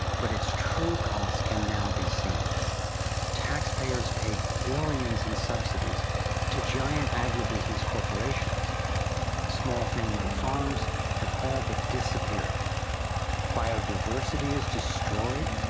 but its true cost can now be seen taxpayers pay billions in subsidies to giant agribusiness corporations small family farms have all but disappeared biodiversity is destroyed,